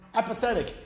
apathetic